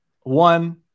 One